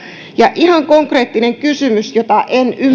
ja ihan konkreettinen kysymys jota en ymmärrä tässä